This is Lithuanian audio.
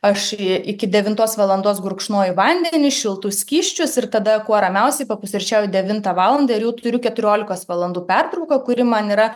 aš iki devintos valandos gurkšnoju vandenį šiltus skysčius ir tada kuo ramiausiai papusryčiauju devintą valandą ir jau turiu keturiolikos valandų pertrauką kuri man yra